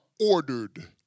ordered